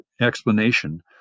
explanation